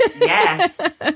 Yes